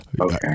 Okay